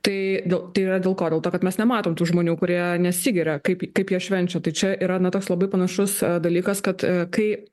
tai dėl tai yra dėl ko dėl to kad mes nematom tų žmonių kurie nesigiria kaip kaip jie švenčia tai čia yra na tas labai panašus dalykas kad kai